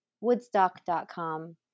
Woodstock.com